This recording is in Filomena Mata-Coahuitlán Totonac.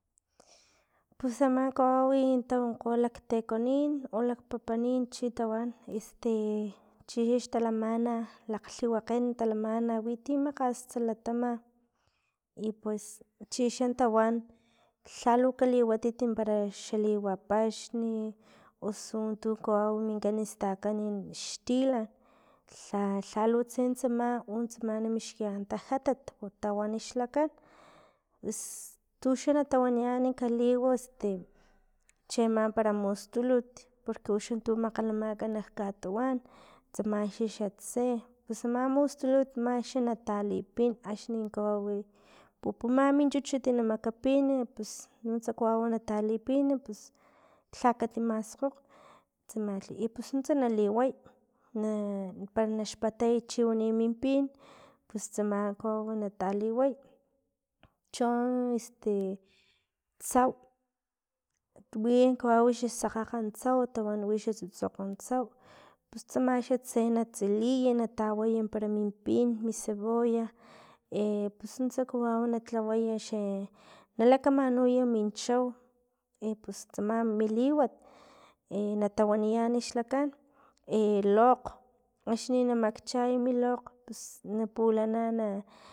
Pus ama kawawi tawonkgo laktekonin o lak papanin chi tawan este chixax talamana lakglhiwakgen talamana winti makgas latama i pues chixan tawan lhalu kaliwatit parax xaliwa paxni osu tu kawawi stakani xtilan lha lha lutsen tsama untsama mixkiyan tajatat tawan xlakan pus tuxan tawaniyan kaliw este cheama para mustulut porque uxan tu makgalamaka nak katuwan tsamaxa xatse pus ama mustulut manxa natalipin axni kawawi pupuma min chuchut na makapin pus nuntsa kawawi talipin pus lha kati maskhokge i pus nuntsa naliway na para naxpatay chiwani min pin pus tsama na taliway chon tsama este tsau win kawawi xa sakgakg tsau wi xa tsutsokgo tsau pus tsama xan tse na tsiliy i nataway para min pin mi cebolla e pus nuntsa kawau natlaway e nalakamanuy min chau i pus tsama mi liwat e natawaniyan xlakan e lokg axni na makchay mi lokg pus pulanan na